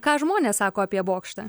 ką žmonės sako apie bokštą